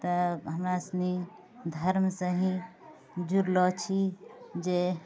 तऽ हमरा सनि धर्मसँ ही जुड़लऽ छी जे